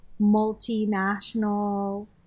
multinational